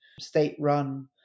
state-run